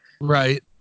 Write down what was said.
Right